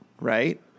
Right